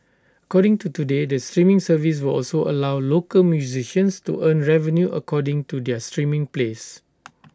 according to today the streaming service will also allow local musicians to earn revenue according to their streaming plays